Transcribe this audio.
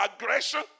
aggression